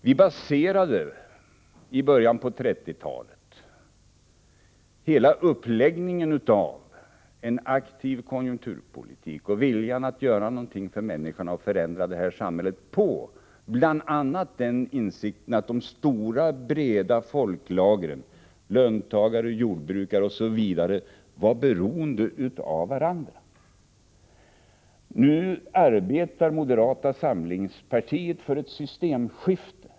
I början på 1930-talet baserade vi hela uppläggningen av en aktiv konjunkturpolitik och viljan att göra någonting för människorna och förändra det här samhället på bl.a. insikten att de stora, breda folklagren — löntagare, jordbrukare, osv. — var beroende av varandra. Nu arbetar moderata samlingspartiet för ett systemskifte.